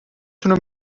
تونه